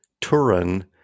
Turin